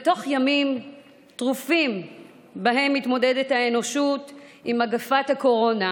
בתוך ימים טרופים שבהם מתמודדת האנושות עם מגפת הקורונה,